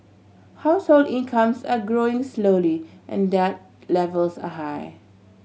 household incomes are growing slowly and debt levels are high